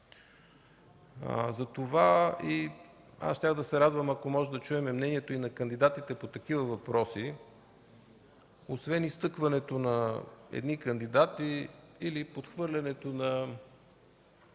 Затова аз щях да се радвам, ако можем да чуем мнението на кандидатите и по такива въпроси, освен изтъкването на едни кандидати или подхвърлянето на